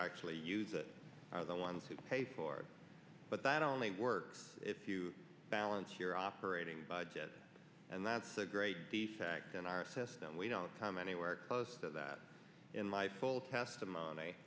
actually use it are the ones who pay for it but that only works if you balance your operating budget and that's the great defect in our system we don't come anywhere close to that in my full testimony